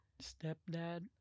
Stepdad